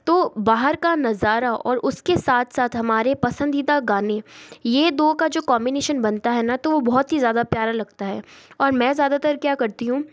तो बाहर का नज़ारा और उसके साथ साथ हमारे पसंदीदा गाने ये दो का जो कंबीनेशन बनता है ना तो वह बहुत ही ज़्यादा प्यारा लगता है और मैं ज्यादातर क्या करती हूँ